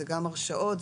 זה הרשעות,